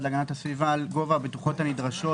להגנת הסביבה על גובה הבטוחות הנדרשות